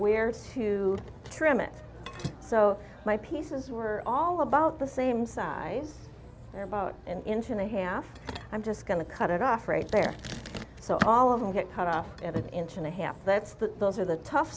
where to trim it so my pieces were all about the same size they're about into the half i'm just going to cut it off right there so all of them get cut off and an inch and a half that's that those are the tough